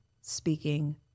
speaking